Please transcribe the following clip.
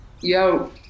Yo